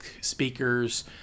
speakers